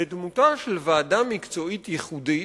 בדמותה של ועדה מקצועית ייחודית,